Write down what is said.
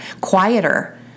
quieter